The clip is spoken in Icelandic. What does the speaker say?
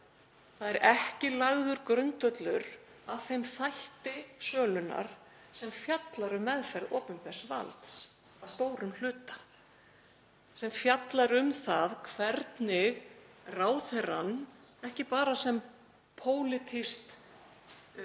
Það er ekki lagður grundvöllur að þeim þætti sölunnar sem fjallar um meðferð opinbers valds að stórum hluta, sem fjallar um það hvernig ráðherrann, ekki bara sem pólitískur